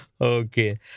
Okay